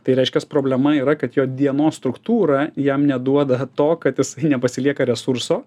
tai reiškias problema yra kad jo dienos struktūra jam neduoda to kad jis nepasilieka resurso